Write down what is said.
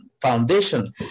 Foundation